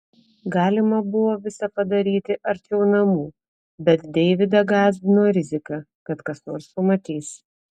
galima buvo visa padaryti arčiau namų bet deividą gąsdino rizika kad kas nors pamatys